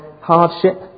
hardship